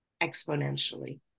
exponentially